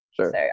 Sure